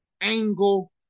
angle